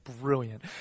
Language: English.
brilliant